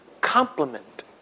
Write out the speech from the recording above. complement